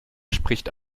spricht